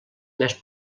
més